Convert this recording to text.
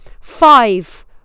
five